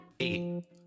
eight